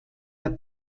der